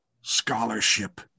scholarship